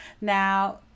Now